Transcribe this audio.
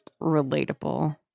relatable